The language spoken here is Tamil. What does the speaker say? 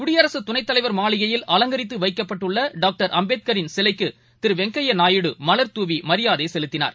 குடியரசுதுணைத்தலைவர் மாளிகையில் அலங்கரித்துவைக்கப்பட்டுள்ளடாக்டர் அம்பேத்கரின் சிலைக்கு திருவெங்கையாநாயுடு மலர் தூவிமரியாதைசெலுத்தினார்